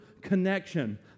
connection